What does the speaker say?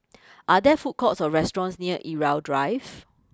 are there food courts or restaurants near Irau Drive